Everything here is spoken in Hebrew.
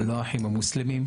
לא האחים המוסלמים,